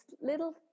little